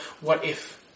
what-if